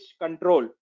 control